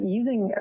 using